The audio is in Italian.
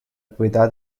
proprietà